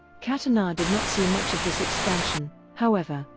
kathanar did not see much of this expansion, however,